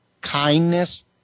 kindness